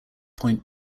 point